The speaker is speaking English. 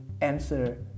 answer